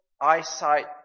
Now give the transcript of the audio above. eyesight